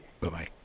Bye-bye